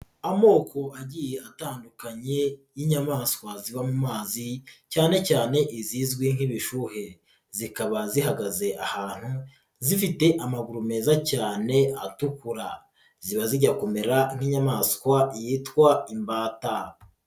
Amoko agiye atandukanye y'inyamaswa ziba mu mazi cyane cyane izizwi nk'ibishuhe. Zikaba zihagaze ahantu, zifite amaguru meza cyane atukura. Ziba zijya kumera nk'inyamaswa yitwa imbata.